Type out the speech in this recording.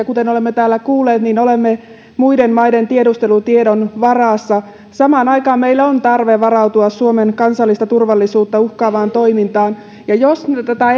kuten olemme täällä kuulleet olemme muiden maiden tiedustelutiedon varassa samaan aikaan meillä on tarve varautua suomen kansallista turvallisuutta uhkaavaan toimintaan jos tätä